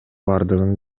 бардыгын